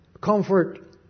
comfort